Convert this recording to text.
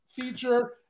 feature